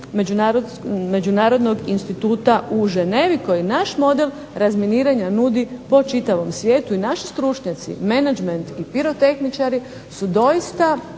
međunarodnog instituta koji naš model razminiranja nudi po čitavom svijetu i naši stručnjaci, pirotehničari su doista